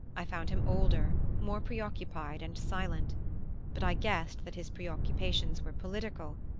i found him older, more preoccupied and silent but i guessed that his preoccupations were political,